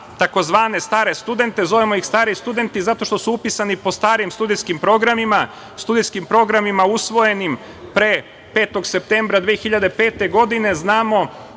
za tzv. stare studente. Zovemo ih stari studenti zato što su upisani po starim studijskim programima, studentskim programima usvojenim pre 5. septembra 2005. godine. Znamo